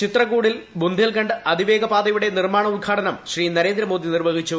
ചിത്രകൂടിൽ ബുന്ധേൽഖണ്ഡ് അതിവേഗ പാതയുടെ നിർമ്മാണ ഉദ്ഘാടനം ശ്രീ നരേന്ദ്രമോദി നിർവ്വഹിച്ചു